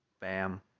Bam